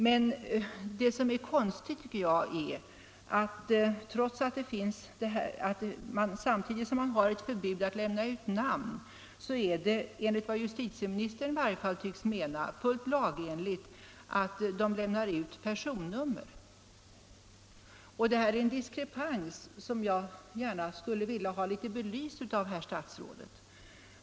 Men vad jag tycker är konstigt är att samtidigt som det råder förbud mot att lämna ut namn är det, enligt vad justitieministern tycks mena, fullt lagligt att lämna ut personnummer. Där föreligger det en diskrepans som jag gärna vill ha belyst av herr statsrådet.